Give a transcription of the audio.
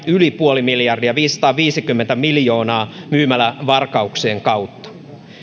yli puoli miljardia viisisataaviisikymmentä miljoonaa myymälävarkauksien kautta